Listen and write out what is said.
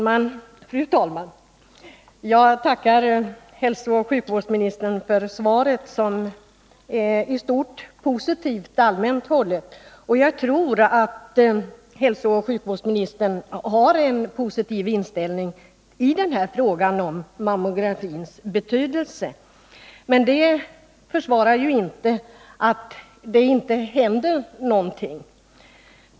Fru talman! Jag tackar hälsooch sjukvårdsministern för svaret, som är allmänt hållet och i stort sett positivt. Jag tror att hälsooch sjukvårdsministern har en positiv inställning i fråga om mammografins betydelse, men detta försvarar ju inte att det inte händer någonting på det här området.